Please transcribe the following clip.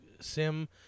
sim